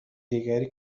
دیگری